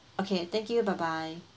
okay thank you bye bye